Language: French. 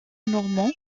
normands